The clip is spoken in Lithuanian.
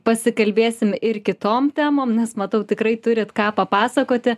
pasikalbėsim ir kitom temom nes matau tikrai turit ką papasakoti